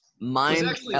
mind